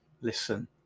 listen